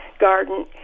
garden